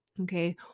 Okay